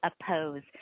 oppose